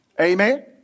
Amen